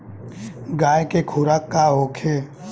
गाय के खुराक का होखे?